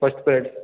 first period